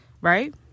Right